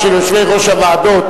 שלא יהיה לנו איזה ויכוח עם המתנגדים,